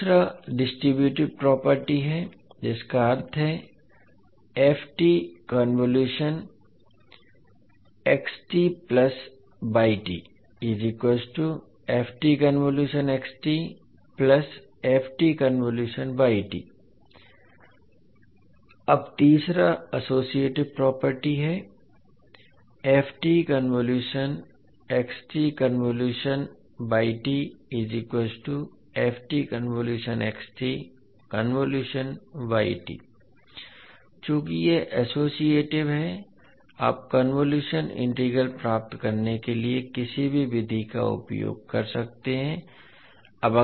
दूसरा distributive property है जिसका अर्थ है अब तीसरा अस्सोसिएटिव प्रॉपर्टी है चूंकि यह अस्सोसिएटिव है आप कन्वोलुशन इंटीग्रल प्राप्त करने के लिए किसी भी विधि का उपयोग कर सकते हैं